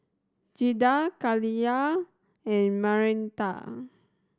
Giada Khalilah and